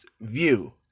view